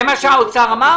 זה מה שהאוצר אמר?